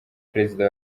perezida